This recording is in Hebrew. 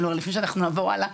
כלומר לפני שאנחנו נעבור הלאה,